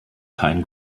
kein